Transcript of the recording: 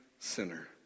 Sinner